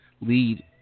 lead